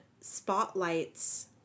spotlights